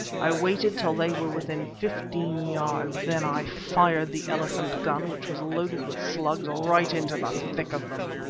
i waited till they were within fifteen yards. then i fired the elephant gun, which was loaded with slugs, right into the thick of them.